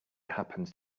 happens